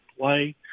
play